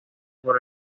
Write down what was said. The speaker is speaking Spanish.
por